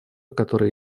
которые